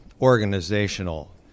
organizational